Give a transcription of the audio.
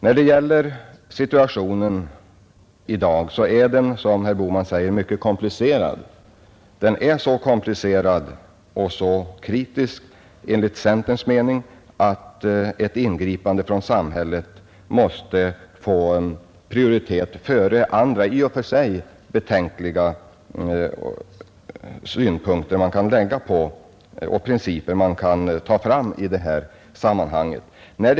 När det gäller situationen i dag så är den, som herr Bohman säger, mycket komplicerad. Den är så pass komplicerad och så kritisk, enligt centerns mening, att ett ingripande från samhället måste få en prioritet före andra i och för sig riktiga betänkligheter och principer som man kan ta fram endast i exceptionella situationer.